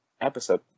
episode